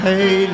Hey